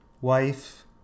wife